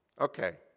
Okay